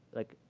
like,